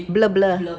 blur blur